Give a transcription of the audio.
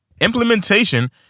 implementation